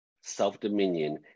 self-dominion